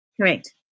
Correct